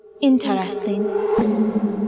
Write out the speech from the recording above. Interesting